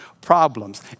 problems